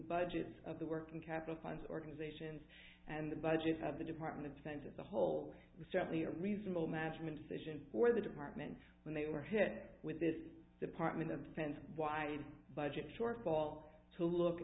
budgets of the working capital funds organizations and the budget of the department of defense as a whole was certainly a reasonable maj min decision for the department when they were hit with this department of defense why budget shortfall to look